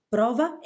Prova